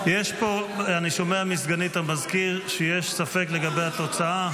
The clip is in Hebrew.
אני שומע מסגנית המזכיר שיש ספק לגבי התוצאה.